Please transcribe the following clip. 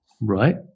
right